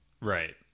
Right